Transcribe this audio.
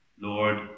Lord